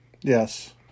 Yes